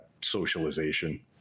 socialization